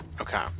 okay